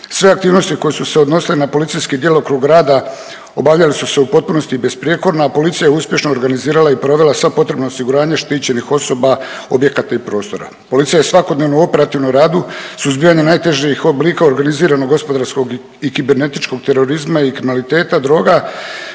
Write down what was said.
Sve aktivnosti koje su se odnosile na policijski djelokrug rada obavljale su se u potpunosti i besprijekorno, a policija je uspješno organizirala i provela sva potrebna osiguranja štićenih osoba, objekata i prostora. Policija je svakodnevno u operativnom radu suzbijanja najtežih oblika organiziranog gospodarskog i kibernetičkog terorizma i kriminaliteta droga,